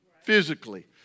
physically